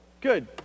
Good